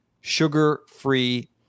sugar-free